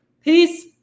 peace